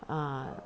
ah